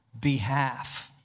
behalf